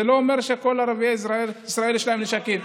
זה לא אומר שכל ערביי ישראל יש להם נשקים.